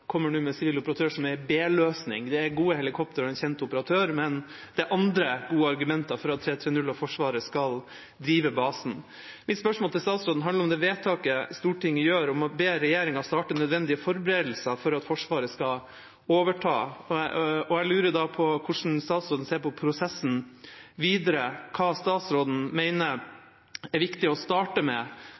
nå kommer med en sivil operatør, som en b-løsning. Det er gode helikoptre og en kjent operatør, men det er andre gode argumenter for at 330 og Forsvaret skal drive basen. Mitt spørsmål til statsråden handler om vedtaket Stortinget gjør om å be regjeringen starte nødvendige forberedelser for at Forsvaret skal overta. Jeg lurer da på hvordan statsråden ser på prosessen videre, hva statsråden mener det er viktig å starte med